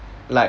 like